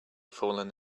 fallen